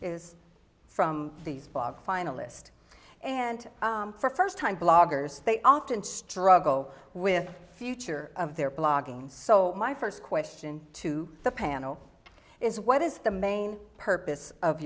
is from these bob finalist and for first time bloggers they often struggle with future of their blogging so my first question to the panel is what is the main purpose of